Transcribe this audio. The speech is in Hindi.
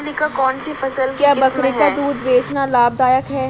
क्या बकरी का दूध बेचना लाभदायक है?